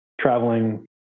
traveling